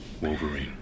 wolverine